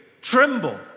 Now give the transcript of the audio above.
Tremble